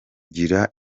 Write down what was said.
gira